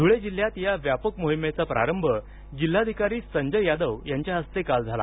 धुळे जिल्ह्यात या व्यापक मोहिमेचा प्रारंभ जिल्हाधिकारी संजय यादव यांच्या हस्ते काल झाला